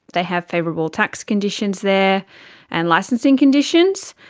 they have favourable tax conditions there and licensing conditions.